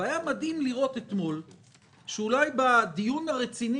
היה מדהים לראות אתמול שבדיון הרציני